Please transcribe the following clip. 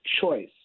choice